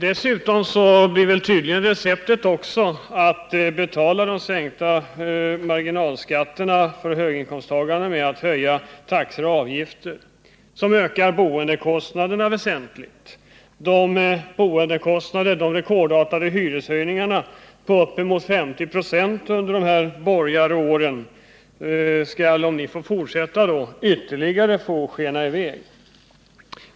Nej, receptet blir tydligen att sänkningarna av marginalskatterna för höginkomsttagarna skall betalas med höjningar av taxor och avgifter, vilket ökar boendekostnaderna väsentligt. De rekordartade hyreshöjningarna på uppemot 50 926 under de här borgaråren skall tydligen fortsätta, om ni får behålla regeringsmakten.